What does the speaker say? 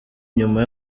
nyuma